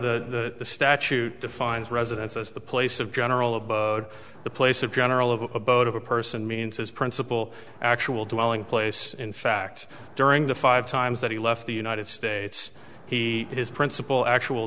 the statute defines residence as the place of general abode the place of general of abode of a person means his principal actual dwelling place in fact during the five times that he left the united states he is principal actual